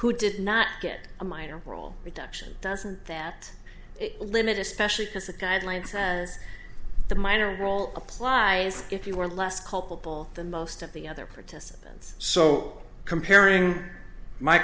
who did not get a minor role duction doesn't that limited specially because the guidelines and the minor role applies if you were last culpable than most of the other participants so comparing my